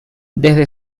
desde